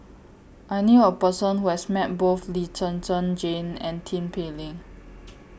I knew A Person Who has Met Both Lee Zhen Zhen Jane and Tin Pei Ling